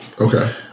Okay